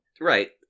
Right